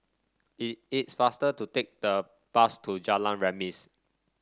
it is faster to take the bus to Jalan Remis